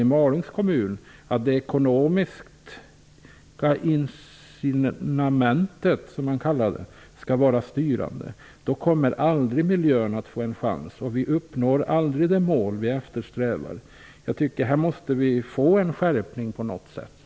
I brev till de olika partierna i Malungs kommun har det sagts. Men då får miljön aldrig en chans, och vi kommer aldrig att uppnå de mål vi eftersträvar. Vi måste få en skärpning till stånd.